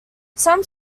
some